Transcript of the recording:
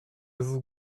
vous